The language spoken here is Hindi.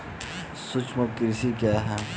सूक्ष्म कृषि क्या है?